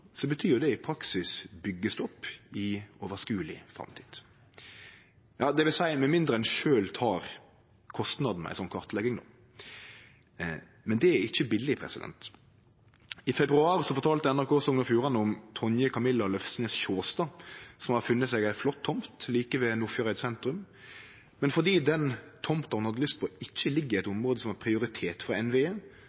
det i praksis byggjestopp i overskodeleg framtid. Det vil seie med mindre ein sjølv tek kostnadene med ei slik kartlegging, men det er ikkje billeg. I februar fortalde NRK Sogn og Fjordane om Tonje Camilla Løfsnes Sjaastad som har funne seg ei flott tomt like ved Nordfjordeid sentrum, men fordi den tomta ho har lyst på, ikkje ligg i eit